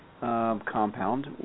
compound